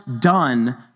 done